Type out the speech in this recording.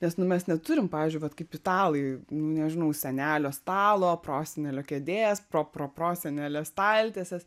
nes nu mes neturim pavyzdžiui vat kaip italai nu nežinau senelio stalo prosenelio kėdės pro pro prosenelio staltiesės